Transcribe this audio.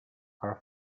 are